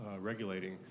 regulating